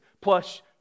plus